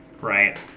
Right